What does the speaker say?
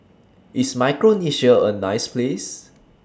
IS Micronesia A nice Place